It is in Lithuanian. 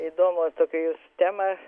įdomu tokią jūs temą